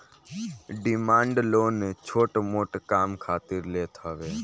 demand loan छोट मोट काम खातिर लेत हवे